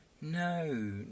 No